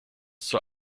zur